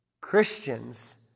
Christians